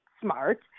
smart